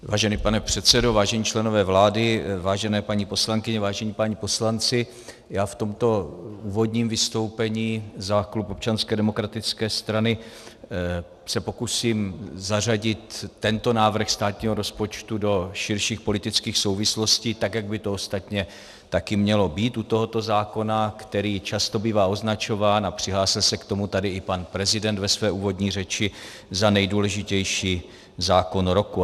Vážený pane předsedo, vážení členové vlády, vážené paní poslankyně, vážení páni poslanci, já se v tomto úvodním vystoupení za klub Občanské demokratické strany pokusím zařadit tento návrh státního rozpočtu do širších politických souvislostí tak, jak by to ostatně také mělo být u tohoto zákona, který často bývá označován a přihlásil se k tomu tady i pan prezident ve své úvodní řeči za nejdůležitější zákon roku.